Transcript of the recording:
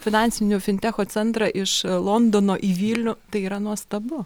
finansinių fintecho centrą iš londono į vilnių tai yra nuostabu